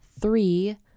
Three